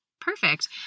Perfect